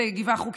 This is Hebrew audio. זאת גבעה חוקית.